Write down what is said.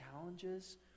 challenges